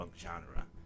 genre